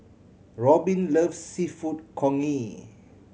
Robbin loves Seafood Congee